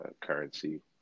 currency